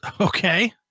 Okay